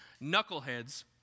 knuckleheads